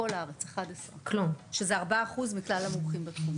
בכל הארץ 11. שזה ארבעה אחוז מכלל המומחים בתחום.